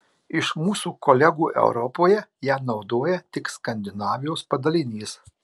iš mūsų kolegų europoje ją naudoja tik skandinavijos padalinys